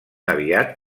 aviat